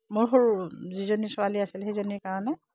মোৰ সৰু যিজনী ছোৱালী আছিল সেইজনীৰ কাৰণে